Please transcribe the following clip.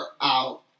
out